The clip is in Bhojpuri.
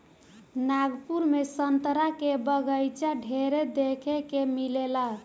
नागपुर में संतरा के बगाइचा ढेरे देखे के मिलेला